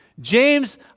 James